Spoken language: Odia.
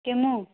କିଏ ମୁଁ